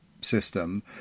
system